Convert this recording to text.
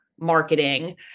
marketing